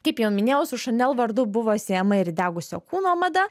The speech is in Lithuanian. kaip jau minėjau su šanel vardu buvo siejama ir įdegusio kūno mada